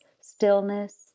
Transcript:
stillness